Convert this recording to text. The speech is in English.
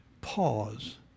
pause